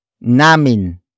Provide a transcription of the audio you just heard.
Namin